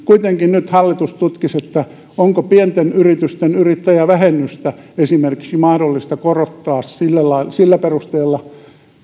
kuitenkin nyt hallitus tutkisi onko pienten yritysten yrittäjävähennystä esimerkiksi mahdollista korottaa sillä perusteella